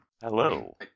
Hello